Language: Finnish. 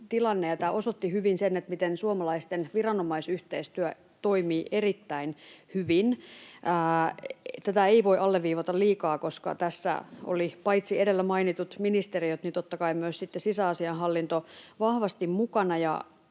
tämä osoitti hyvin sen, että suomalaisten viranomaisyhteistyö toimii erittäin hyvin. Tätä ei voi alleviivata liikaa, koska tässä olivat mukana paitsi edellä mainitut ministeriöt totta kai myös vahvasti sisäasiainhallinto ja yhteistyö